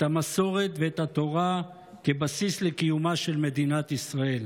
את המסורת ואת התורה כבסיס לקיומה של מדינת ישראל.